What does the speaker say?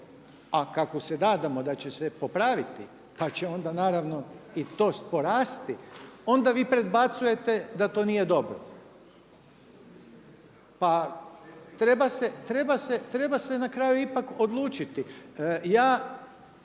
a kako se nadamo da će se popraviti, pa će onda naravno i to porasti onda vi predbacujete da to nije dobro. Pa treba se na kraju ipak odlučiti. Ja